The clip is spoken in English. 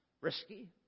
risky